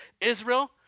Israel